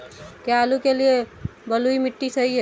क्या आलू के लिए बलुई मिट्टी सही है?